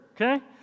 okay